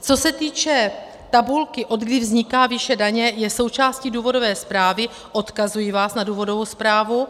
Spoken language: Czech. Co se týče tabulky, odkdy vzniká výše dně, je součástí důvodové zprávy, odkazuji vás na důvodovou zprávu.